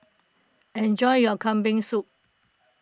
enjoy your Kambing Soup